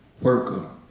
worker